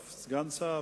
אף סגן שר?